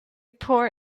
pour